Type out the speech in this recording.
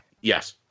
Yes